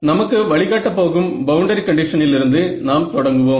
நமக்கு வழிகாட்ட போகும் பவுண்டரி கண்டிஷனிலிருந்து நாம் தொடங்குவோம்